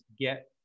get